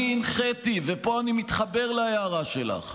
אני הנחיתי, ופה אני מתחבר להערה שלך,